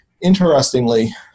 interestingly